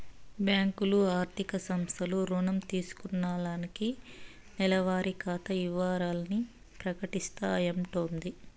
బ్యాంకులు, ఆర్థిక సంస్థలు రుణం తీసుకున్నాల్లకి నెలవారి ఖాతా ఇవరాల్ని ప్రకటిస్తాయంటోది